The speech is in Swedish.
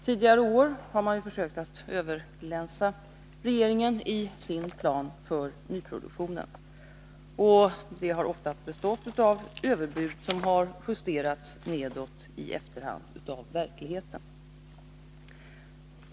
Tidigare år har socialdemokraterna försökt att överglänsa regeringen i sin plan för nyproduktionen. Den har oftast bestått av överbud, som i efterhand har justerats nedåt av verkligheten.